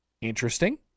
Interesting